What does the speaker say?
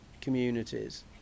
communities